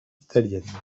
italiennes